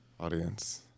Audience